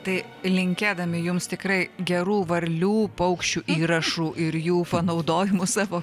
tai linkėdami jums tikrai gerų varlių paukščių įrašų ir jų panaudojimų savo